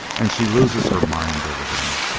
and she loses her mind over them.